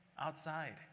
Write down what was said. outside